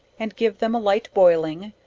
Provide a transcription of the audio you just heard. and give them a light boiling,